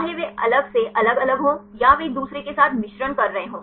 चाहे वे अलग से अलग अलग हों या वे एक दूसरे के साथ मिश्रण कर रहे हों